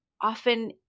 often